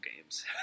games